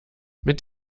mit